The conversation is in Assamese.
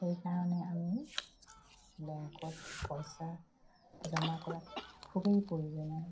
সেইকাৰণে আমি বেংকত পইচা জমা কৰাটো খুবেই প্ৰয়োজনীয়